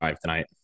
tonight